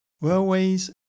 railways